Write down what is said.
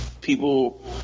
People